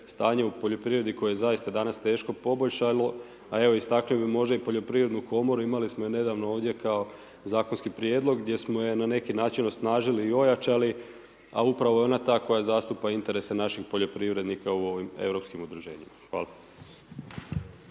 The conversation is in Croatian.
stanje u poljoprivredi koje je zaista danas teško, poboljšalo a evo, istaknuo bi možda i Poljoprivrednu komoru, imali smo i nedavno ovdje kao zakonski prijedlog gdje smo je na neki način osnažili i ojačali a upravo je ona ta koja zastupa interese naših poljoprivrednika u ovim europskim udruženjima. Hvala.